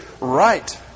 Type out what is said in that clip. right